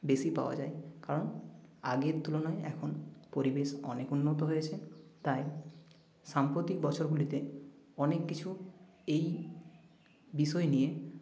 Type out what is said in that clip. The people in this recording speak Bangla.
বেশি পাওয়া যায় কারণ আগের তুলনায় এখন পরিবেশ অনেক উন্নত হয়েছে তাই সাম্প্রতিক বছরগুলিতে অনেক কিছু এই বিষয় নিয়ে